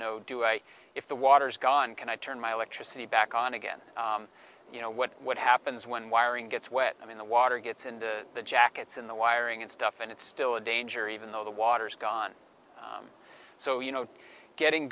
know do i if the water's gone can i turn my electricity back on again you know what what happens when wiring gets wet i mean the water gets into the jackets in the wiring and stuff and it's still a danger even though the water's gone so you know getting